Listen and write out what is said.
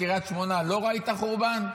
הלכת לקריית שמונה, לא ראית חורבן?